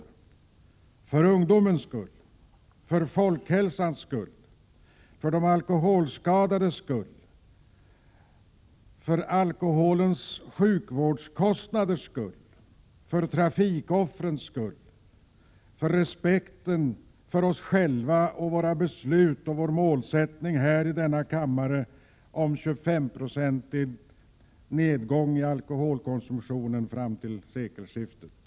Vi gör det för ungdomens skull, för folkhälsans skull, för de alkoholskadades skull, för alkoholsjukvårdens kostnaders skull och för trafikoffrens skull. Vi gör det också för att upprätthålla respekten för oss själva, våra beslut och vår målsättning här i denna kammare om 25-procentig nedgång i alkoholkonsumtionen i landet fram till sekelskiftet.